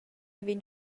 vegn